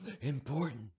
important